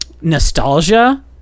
nostalgia